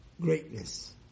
greatness